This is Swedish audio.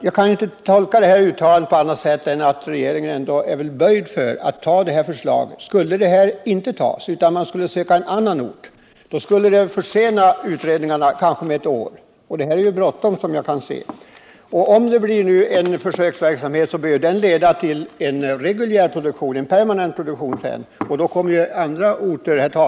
Jag kan inte tolka svaret på annat sätt än att regeringen ändå är böjd för att anta det här förslaget. Skulle det inte antas utan man skulle söka en annan ort, så skulle nya utredningar krävas, vilket skulle försena projektet med kanske ett år, och här är det ju bråttom. Om det nu blir en försöksverksamhet, bör den ju förhoppningsvis leda till en reguljär, permanent produktion, och då kommer även andra orter in i bilden.